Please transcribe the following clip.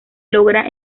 logra